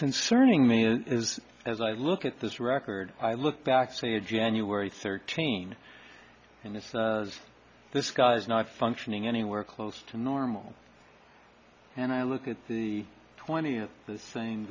concerning me is as i look at this record i look back say january thirteen and it's this guy's not functioning anywhere close to normal and i look at the twenty and the